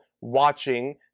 watching